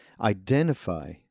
identify